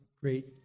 great